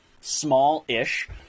small-ish